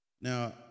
Now